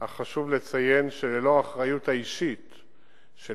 אך חשוב לציין שללא האחריות האישית של